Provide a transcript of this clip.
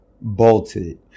bolted